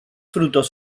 frutos